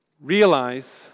Realize